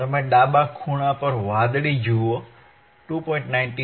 તમે ડાબા ખૂણા પર વાદળી જુઓ 2